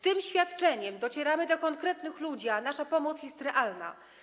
Tym świadczeniem docieramy do konkretnych ludzi, a nasza pomoc jest realna.